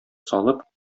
салып